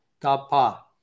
Tapa